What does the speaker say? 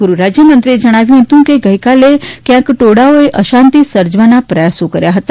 ગૃહરાજ્યમંત્રીએ જણાવ્યું હતું કે ગઈકાલે ક્યાંક ટોળાઓએ અશાંતિ સર્જવાના પ્રયાસો કર્યા હતા